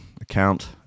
account